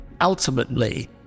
Ultimately